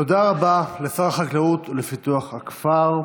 תודה רבה לשר החקלאות ופיתוח הכפר.